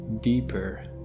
deeper